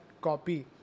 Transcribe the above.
copy